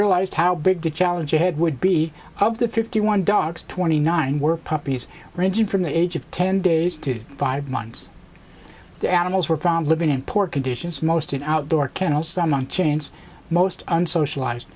realized how big a challenge ahead would be of the fifty one dogs twenty nine were puppies ranging from the age of ten days to five months the animals were found living in poor conditions most in outdoor kennel some on chains most unsocialize